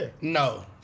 No